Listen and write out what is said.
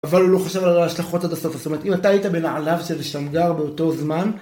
אבל הוא לא חשב על ההשלכות על הסוף, זאת אומרת אם אתה היית בנעליו של שמגר באותו זמן